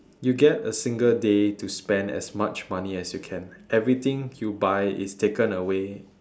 you get a single day to spend as much money as you can everything you buy is taken away